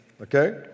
okay